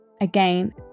again